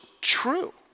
true